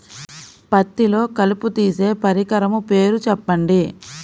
పత్తిలో కలుపు తీసే పరికరము పేరు చెప్పండి